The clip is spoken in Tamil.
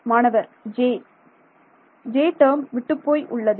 மாணவர் J டேர்ம் விட்டுப்போய் உள்ளது